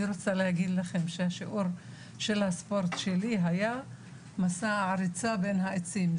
אני רוצה להגיד לכם שהשיעור של הספורט שלי היה מסע ריצה בין העצים.